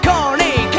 Corny